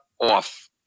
off